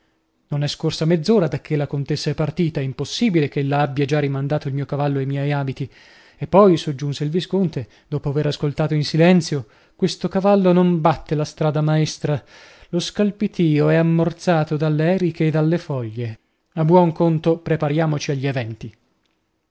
non è scorsa mezz'ora dacchè la contessa è partita impossibile ch'ella abbia già rimandato il mio cavallo e i miei abiti e poi soggiunse il visconte dopo aver ascoltato in silenzio questo cavallo non batte la strada maestra lo scalpitìo è ammorzato dalle eriche e dalle foglie a buon conto prepariamoci agli eventi